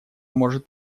может